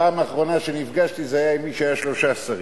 הפעם האחרונה שנפגשתי זה היה עם מי שהיה שלושה שרים,